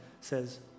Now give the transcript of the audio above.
says